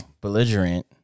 belligerent